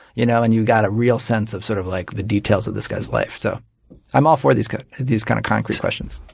you know and you got a real sense of sort of like the details of this guy's life. so i'm all for these kind these kind of concrete questions.